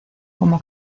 como